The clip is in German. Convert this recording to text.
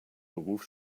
beruf